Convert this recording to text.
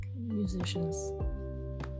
Musicians